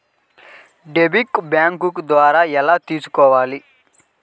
Debit bank ద్వారా ఎలా తీసుకోవాలి?